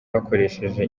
bakoresheje